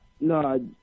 No